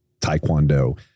Taekwondo